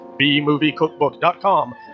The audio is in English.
bmoviecookbook.com